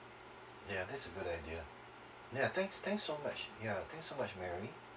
ya that's a good idea ya thanks thanks so much ya thanks so much marry